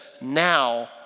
now